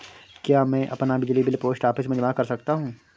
क्या मैं अपना बिजली बिल पोस्ट ऑफिस में जमा कर सकता हूँ?